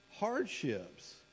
hardships